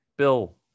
Bill